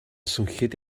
swnllyd